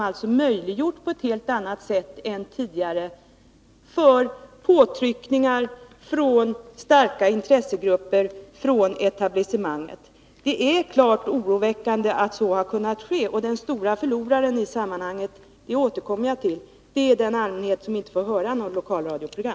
Den har på ett helt annat sätt än tidigare möjliggjort påtryckningar från starka intressegrupper, från etablissemanget. Det är klart oroväckande att så har kunnat ske. Den stora förloraren i sammanhanget är — det återkommer jag till — den allmänhet som inte får höra några lokalradioprogram.